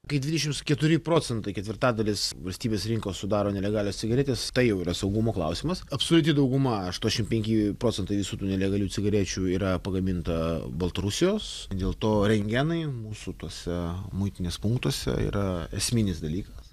kai dvidešims keturi procentai ketvirtadalis valstybės rinkos sudaro nelegalios cigaretės tai jau yra saugumo klausimas absoliuti dauguma aštuoniasdešim penki procentai visų tų nelegalių cigarečių yra pagaminta baltarusijos dėl to rentgenai mūsų tuose muitinės punktuose yra esminis dalykas